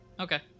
Okay